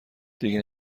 دیگه